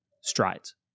strides